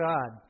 God